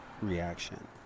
reaction